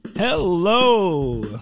Hello